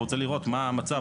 הוא רוצה לראות מה המצב,